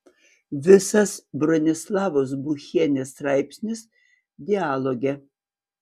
visas bronislavos buchienės straipsnis dialoge